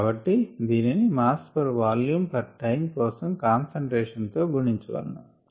కాబట్టి దీనిని mass per volume per time కోసం కాన్సంట్రేషన్ తో గుణించవలెను